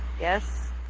yes